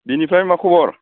बेनिफ्राय मा खबर